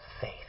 faith